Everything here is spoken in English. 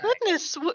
goodness